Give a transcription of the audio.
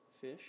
fish